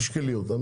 תשקלי אותן.